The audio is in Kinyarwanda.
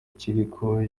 kiriko